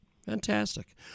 Fantastic